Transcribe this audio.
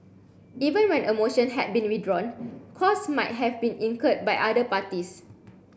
even when a motion had been withdrawn costs might have been incurred by other parties